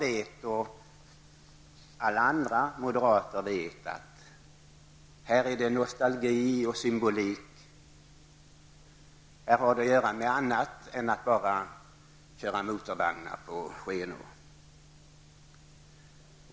Jag och alla andra moderater vet att här förekommer nostalgi och symbolik. Här har det att göra med annat än att bara köra motorvagnar på skenor.